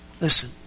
Listen